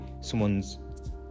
someone's